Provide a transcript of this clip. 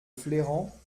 flairant